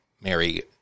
Mary